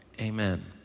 amen